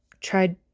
tried